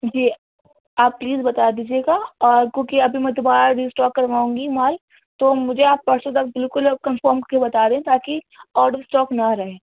جی آپ پلیز بتا دیجیے گا اور کیوںکہ ابھی میں دوبارہ ریسٹور کرواؤں گی مال تو مجھے آپ پرسوں تک بالکل کنفرم کر کے بتا دیں تاکہ آؤٹ آف اسٹاک نہ رہے